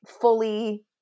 fully